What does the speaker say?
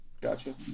Gotcha